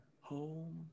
home